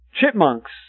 chipmunks